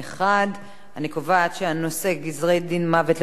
1. אני קובעת שהנושא "גזרי-דין מוות למוכרי